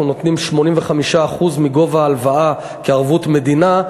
אנחנו נותנים 85% מגובה ההלוואה כערבות מדינה,